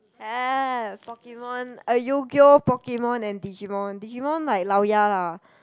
have Pokemon Yu-Gi-Oh Pokemon and Digimon Digimon like lao ya lah